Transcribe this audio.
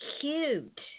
cute